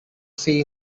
see